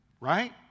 Right